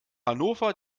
hannover